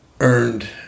earned